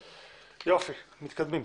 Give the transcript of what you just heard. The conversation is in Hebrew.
מתקדמים.